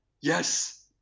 Yes